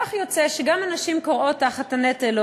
כך יוצא שגם הנשים כורעות תחת הנטל,